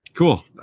Cool